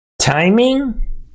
timing